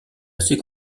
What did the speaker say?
assez